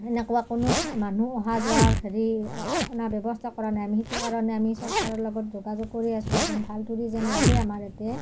এনেকুৱা কোনো মানুহ অহা যোৱাৰ হেৰি অনা ব্যৱস্থা কৰা নাই আমি সেইটো কাৰণে আমি চৰকাৰৰ লগত যোগাযোগ কৰি আছোঁ এজন ভাল টুৰিজেম লাগে আমাৰ ইয়াতে